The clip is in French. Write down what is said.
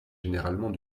généralement